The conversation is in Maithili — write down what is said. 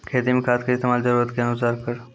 खेती मे खाद के इस्तेमाल जरूरत के अनुसार करऽ